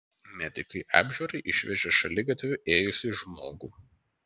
medikai apžiūrai išvežė šaligatviu ėjusį žmogų